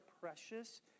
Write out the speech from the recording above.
precious